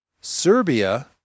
Serbia